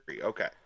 Okay